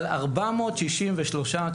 אבל 433,